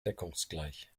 deckungsgleich